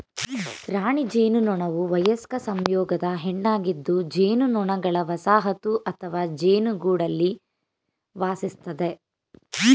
ರಾಣಿ ಜೇನುನೊಣವುವಯಸ್ಕ ಸಂಯೋಗದ ಹೆಣ್ಣಾಗಿದ್ದುಜೇನುನೊಣಗಳವಸಾಹತುಅಥವಾಜೇನುಗೂಡಲ್ಲಿವಾಸಿಸ್ತದೆ